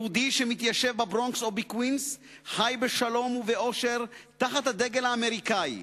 יהודי שמתיישב בברונקס או בקווינס חי בשלום ובאושר תחת הדגל האמריקני.